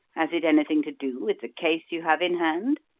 has it anything to do with the case you have in hand?